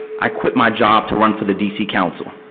i quit my job to run for the d c. council.